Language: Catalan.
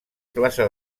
plaça